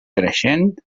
creixent